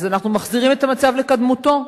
אז אנחנו מחזירים את המצב לקדמותו.